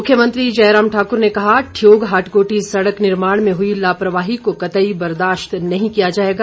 मुख्यमंत्री जयराम ठाकुर ने कहा ठियोग हाटकोटी सड़क निर्माण में हुई लापरवाही को कतई बर्दाश्त नहीं किया जाएगा